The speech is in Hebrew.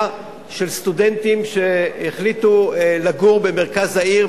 לסטודנטים שהחליטו לגור במרכז העיר,